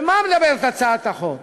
ועל מה מדברת הצעת החוק?